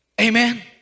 Amen